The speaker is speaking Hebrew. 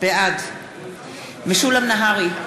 בעד משולם נהרי,